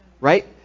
Right